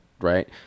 right